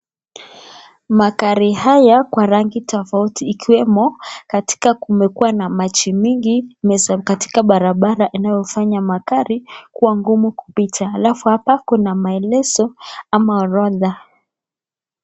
Magari haya kwa rangi tofauti ikiwemo kumekuwa na maji mingi inaweza katika barabara inayofanya magari kuwa ngumu kupita, alafu hapa kuna maelezo ama orodha.